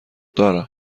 دارم